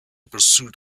pursuit